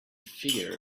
figure